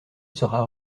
sera